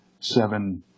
seven